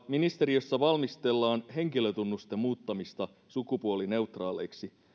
ministeriössä valmistellaan henkilötunnusten muuttamista sukupuolineutraaleiksi